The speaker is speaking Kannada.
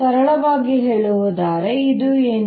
ಸರಳವಾಗಿ ಹೇಳುವುದಾದರೆ ಇದು ಏನು